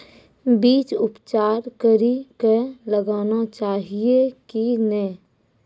बीज उपचार कड़ी कऽ लगाना चाहिए कि नैय?